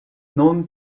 known